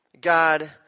God